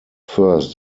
first